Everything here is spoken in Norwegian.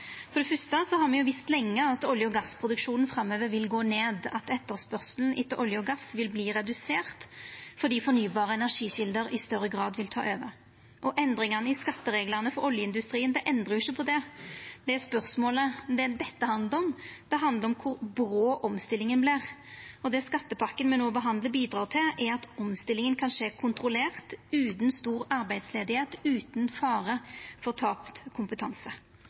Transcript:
For det fyrste har me visst lenge at olje- og gassproduksjonen framover vil gå ned, og at etterspørselen etter olje og gass vil verta redusert fordi fornybare energikjelder i større grad vil ta over. Endringane i skattereglane for oljeindustrien endrar ikkje på det. Det dette handlar om, er kor brå omstillinga vert. Det den skattepakka me no behandlar, bidreg til, er at omstillinga kan skje kontrollert, utan stor arbeidsløyse og utan fare for tapt kompetanse.